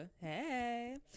Hey